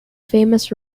famous